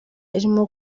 irimo